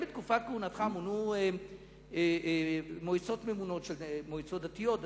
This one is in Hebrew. האם בתקופת כהונתך מונו מועצות דתיות ממונות?